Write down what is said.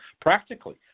practically